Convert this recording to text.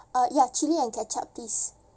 uh ya chilli and ketchup please